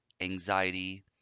anxiety